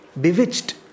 bewitched